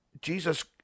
Jesus